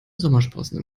sommersprossen